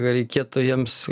reikėtų jiems